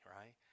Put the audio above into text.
right